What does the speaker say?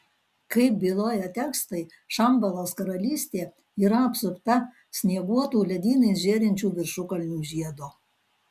kaip byloja tekstai šambalos karalystė yra apsupta snieguotų ledynais žėrinčių viršukalnių žiedo